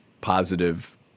positive